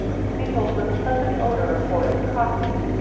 mingled with the pleasant odor of boiling coffee.